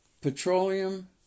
petroleum